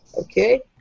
Okay